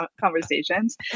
conversations